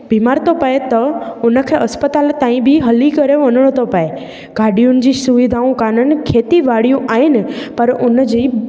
बीमार थो पए त उन खे हस्पताल ताईं बि हली करे वञिणो थो पए गाॾियुनि जी सुविधाऊं कोन्हनि खेती बाड़ियूं आहिनि पर उन जी